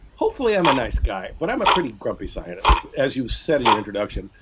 hopefully, i'm a nice guy but i'm a pretty grumpy scientist. as you said in your introduction,